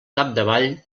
capdavall